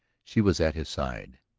she was at his side.